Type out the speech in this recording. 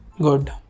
good